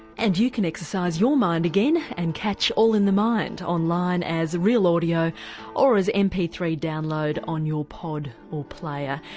and you can exercise your mind again and catch all in the mind online as real audio or as m p three download on your pod or player.